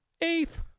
Eighth